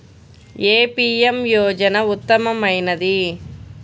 ఏ PM యోజన ఉత్తమమైనది?